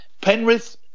Penrith